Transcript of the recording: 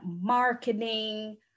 marketing